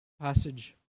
passage